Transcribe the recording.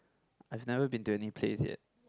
I've never been to any place yet